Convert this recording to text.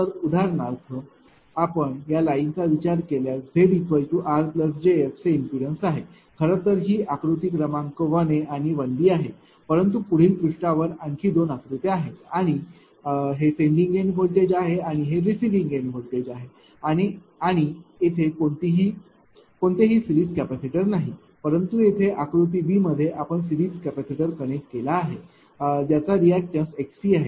तर उदाहरणार्थ आपण या लाईनचा विचार केल्यास z r jx हे इम्पीडन्स आहे खरं तर ही आकृती क्रमांक 1 a आणि 1 b आहे परंतु पुढील पृष्ठावर आणखी दोन आकृत्या आहेत आणि हे सेंडिंग एन्ड व्होल्टेज आहे आणि हे रिसीव्हिंग एन्ड व्होल्टेज आहे आणि येथे कोणतेही सिरीज कॅपेसिटर नाही परंतु येथे आकृती b मध्ये आपण सिरीज कॅपेसिटर कनेक्ट केला आहे ज्याचा रिअॅक्टन्टेस xCआहे